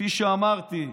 כפי שאמרתי,